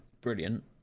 brilliant